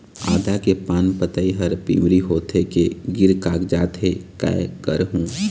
आदा के पान पतई हर पिवरी होथे के गिर कागजात हे, कै करहूं?